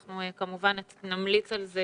אנחנו כמובן נמליץ על זה